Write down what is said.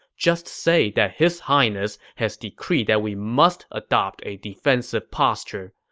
just say that his highness has decreed that we must adopt a defensive posture.